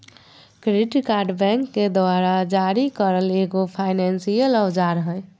credit card bank द्वारा जारी करल एगो फायनेंसियल औजार हइ